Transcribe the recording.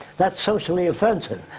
that's socially offensive.